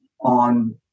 on